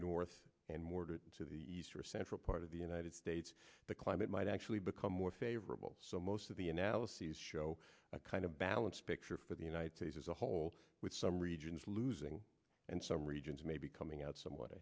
north and more to to the east or central part of the united states the climate might actually become more favorable so most of the analyses show a kind of balance picture for the united states as a whole with some regions losing and some regions maybe coming out some